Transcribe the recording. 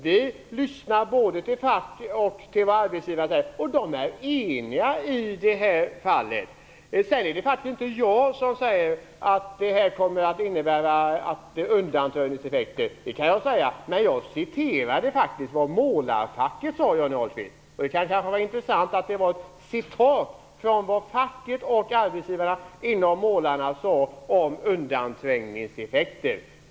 Vi lyssnar både till vad fack och arbetsgivare säger. De är eniga i det här fallet. Det är faktiskt inte jag som säger att det här kommer att innebära undanträngningseffekter, det kan jag säga. Men jag citerade faktiskt vad målarfacket sade, Johnny Ahlqvist. Det kan kanske vara intressant att det var ett citat från vad facket och arbetsgivarna inom målarbranschen sade om undanträngningseffekter.